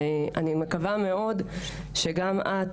ואני מקווה מאוד שגם את